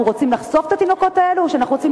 אנחנו רוצים לחשוף את התינוקות האלה או שאנחנו רוצים